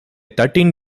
thirteen